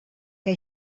que